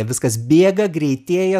viskas bėga greitėja